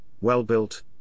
well-built